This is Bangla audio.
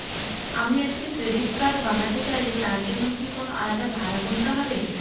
আমি একটি ক্রেডিট কার্ড বানাতে চাইলে তার জন্য কি কোনো আলাদা ভাড়া গুনতে হবে?